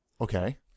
Okay